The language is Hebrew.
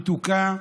מתוקה,